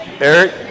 Eric